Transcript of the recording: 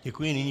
Děkuji.